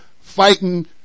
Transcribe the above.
fighting